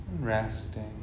Resting